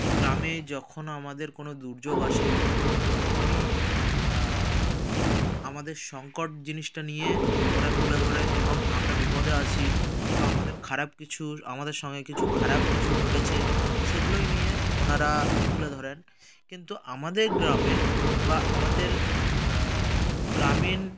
গ্রামে যখন আমাদের কোনো দুর্যোগ আসে তখনই আমাদের সংকট জিনিসটা নিয়ে ওরা তুলে ধরে এবং আমরা বিপদে আছি বা আমাদের খারাপ কিছুর আমাদের সঙ্গে কিছু খারাপ কিছু ঘটেছে সেগুলোই নিয়ে ওনারা তুলে ধরেন কিন্তু আমাদের গ্রামে বা আমাদের গ্রামীণ